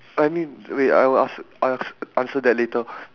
I mean wait I will ans~ I'll answer that later